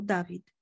David